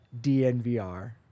dnvr